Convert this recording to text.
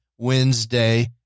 Wednesday